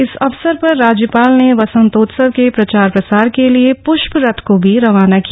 इस अवसर पर राज्यपाल ने वसंतोत्सव के प्रचार प्रसार के लिये पृष्प रथ को भी रवाना किया